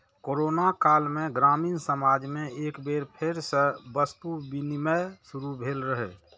corona काल मे ग्रामीण समाज मे एक बेर फेर सं वस्तु विनिमय शुरू भेल रहै